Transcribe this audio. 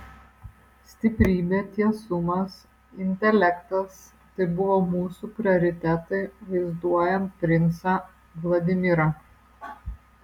stiprybė tiesumas intelektas tai buvo mūsų prioritetai vaizduojant princą vladimirą